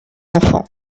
enfants